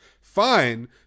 fine